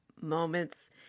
moments